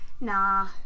Nah